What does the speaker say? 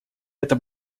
это